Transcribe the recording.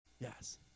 Yes